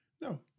No